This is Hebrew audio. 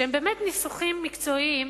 שהם באמת ניסוחים מקצועיים,